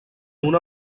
una